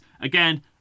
again